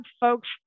folks